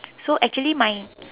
so actually my